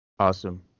Awesome